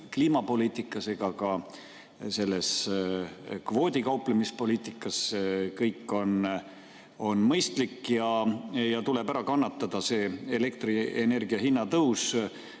kliimapoliitikas ega ka kvootidega kauplemise poliitikas. Kõik on mõistlik ja tuleb ära kannatada see elektrienergia hinna tõus,